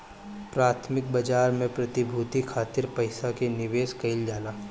प्राथमिक बाजार में प्रतिभूति खातिर पईसा के निवेश कईल जाला